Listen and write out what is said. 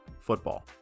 football